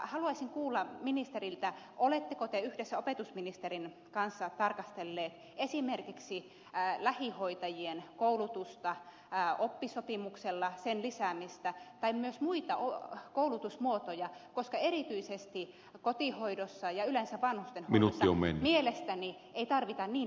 haluaisin kuulla ministeriltä oletteko te yhdessä opetusministerin kanssa tarkastelleet esimerkiksi lähihoitajien koulutusta oppisopimuksella sen lisäämistä tai myös muita koulutusmuotoja koska erityisesti kotihoidossa ja yleensä vanhustenhoidossa mielestäni ei tarvita niin pitkää koulutusta